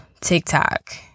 TikTok